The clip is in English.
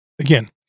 again